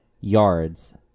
yards